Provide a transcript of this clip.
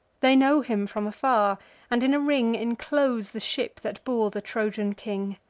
they know him from afar and in a ring inclose the ship that bore the trojan king.